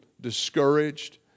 discouraged